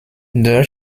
eine